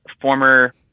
former